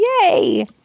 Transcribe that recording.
Yay